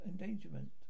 endangerment